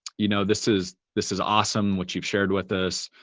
you know this is this is awesome what you've shared with us,